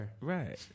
Right